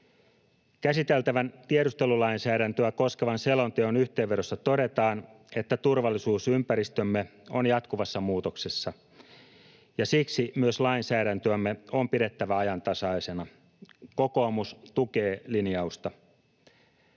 Käsiteltävän tiedustelulainsäädäntöä koskevan selonteon yhteenvedossa todetaan, että turvallisuusympäristömme on jatkuvassa muutoksessa ja siksi myös lainsäädäntömme on pidettävä ajantasaisena. Kokoomus tukee linjausta.